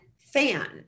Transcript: fan